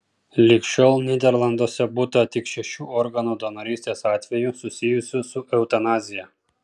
lig šiol nyderlanduose būta tik šešių organų donorystės atvejų susijusių su eutanazija